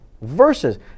versus